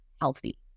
healthy